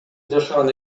жашаган